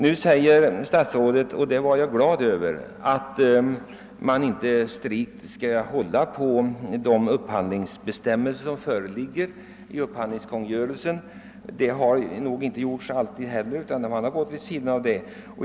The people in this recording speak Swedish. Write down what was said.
Nu säger statsrådet, och det är jag glad över, att man inte strikt skall hålla på upphandlingskungörelsens bestämmelser.